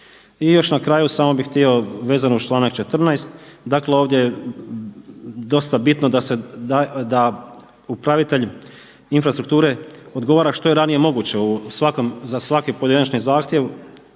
I još na kraju samo bih htio vezano uz članak 14., dakle ovdje je dosta bitno da upravitelj infrastrukture odgovara što je ranije moguće za svaki pojedinačni zahtjev